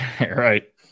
Right